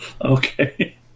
Okay